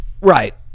right